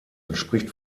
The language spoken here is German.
entspricht